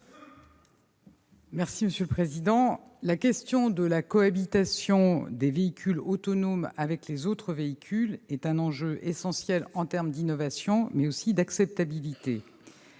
est à Mme la ministre. La question de la cohabitation des véhicules autonomes avec les autres véhicules est un enjeu essentiel en termes d'innovation, mais aussi d'acceptabilité.